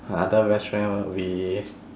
my other best friend will be